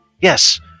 Yes